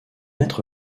être